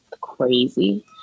crazy